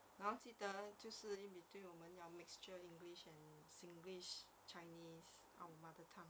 然后记得就是 in between 我们要 mixture english and singlish chinese our mother tongue